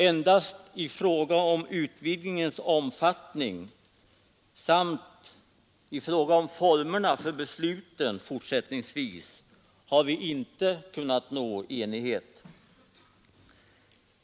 Endast i fråga om utvidgningens omfattning samt i fråga om formerna för besluten fortsättningsvis har vi inte kunnat nå enighet.